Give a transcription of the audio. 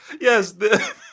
Yes